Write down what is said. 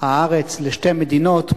הארץ לשתי מדינות,